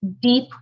deep